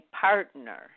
partner